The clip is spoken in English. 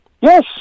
Yes